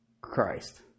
Christ